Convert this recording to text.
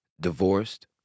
divorced